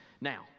Now